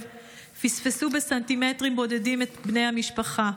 פספסו בסנטימטרים בודדים את בני המשפחה.